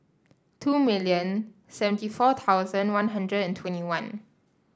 two million seventy four thousand One Hundred and twenty one